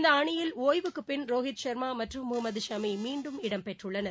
இந்த அணியில் ஒய்வுக்குப்பின் ரோஹித் ஷர்மா மற்றும் முகமது ஷமி மீண்டும் இடம் பெற்றுள்ளனர்